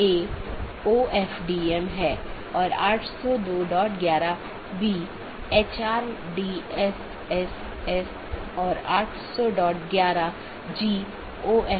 इसलिए उद्देश्य यह है कि इस प्रकार के पारगमन ट्रैफिक को कम से कम किया जा सके